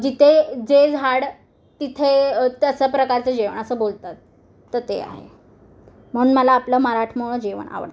जिथे जे झाड तिथे तसं प्रकारचं जेवण असं बोलतात तर ते आहे म्हणून मला आपलं मराठमोळं जेवण आवडतं